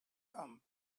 come